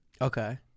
Okay